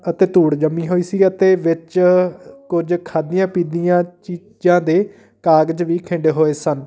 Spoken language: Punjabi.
ਅਤੇ ਧੂੜ ਜੰਮੀ ਹੋਈ ਸੀ ਅਤੇ ਵਿੱਚ ਕੁਝ ਖਾਧੀਆਂ ਪੀਤੀਆਂ ਚੀਜ਼ਾਂ ਦੇ ਕਾਗਜ਼ ਵੀ ਖਿੰਡੇ ਹੋਏ ਸਨ